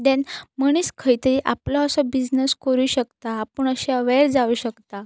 then मनीस खंयतरी आपलो असो बिझनॅस करूंक शकता आपूण अशें अवॅर जावंक शकता